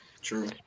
True